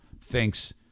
thinks